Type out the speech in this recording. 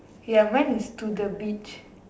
ya mine is to the beach